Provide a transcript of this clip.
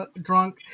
Drunk